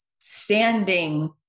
standing